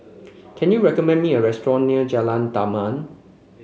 can you recommend me a restaurant near Jalan Damai